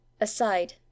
Aside